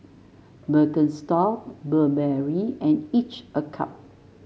Birkenstock Burberry and each a Cup